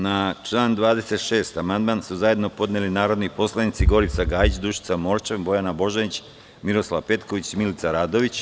Na član 26. amandman su zajedno podneli narodni poslanici Gorica Gajić, Dušica Morčev, Bojana Božanić, Miroslav Petković i Milica Radović.